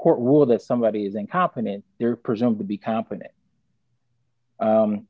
court ruled that somebody is incompetent